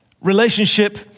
Relationship